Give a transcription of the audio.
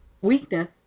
weakness